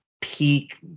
peak